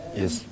yes